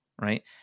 right